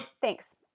Thanks